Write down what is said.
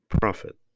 profit